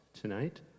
tonight